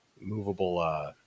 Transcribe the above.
movable